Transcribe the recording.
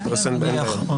כמו שאתה מבקש לסתום לנו.